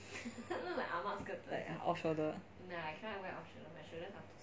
like off shoulder